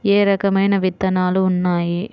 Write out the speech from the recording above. ఏ రకమైన విత్తనాలు ఉన్నాయి?